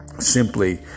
Simply